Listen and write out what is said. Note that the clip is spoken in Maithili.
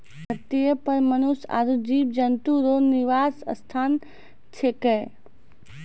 धरतीये पर मनुष्य आरु जीव जन्तु रो निवास स्थान छिकै